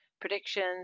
predictions